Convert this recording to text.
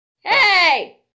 Hey